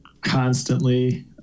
constantly